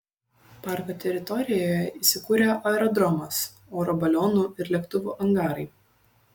parko teritorijoje įsikūrė aerodromas oro balionų ir lėktuvų angarai